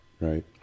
right